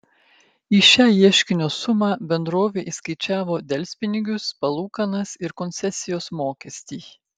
į šią ieškinio sumą bendrovė įskaičiavo delspinigius palūkanas ir koncesijos mokestį